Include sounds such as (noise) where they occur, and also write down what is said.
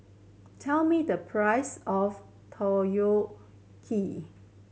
tell me the price of (unintelligible)